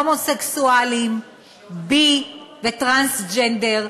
הומוסקסואלים, בי וטרנסג'נדר,